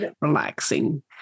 relaxing